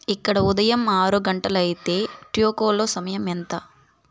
ఇక్కడ ఉదయం ఆరు గంటలయితే టోక్యోలో సమయం ఎంత